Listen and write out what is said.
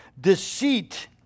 deceit